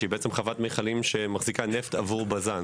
שהיא בעצם חוות מכלים שמחזיקה נפט עבור בז"ן.